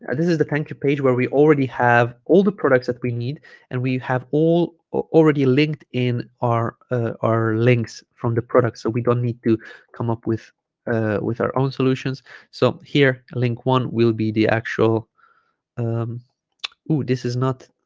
this is the thank you page where we already have all the products that we need and we have all already linked in our ah our links from the product so we don't need to come up with ah with our own solutions so here link one will be the actual um oh this is not